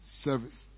service